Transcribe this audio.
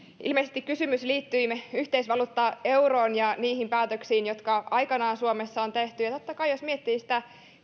ilmeisesti kysymys liittyi yhteisvaluutta euroon ja niihin päätöksiin jotka aikanaan suomessa on tehty ja totta kai jos miettii sitä